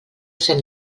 sent